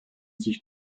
sich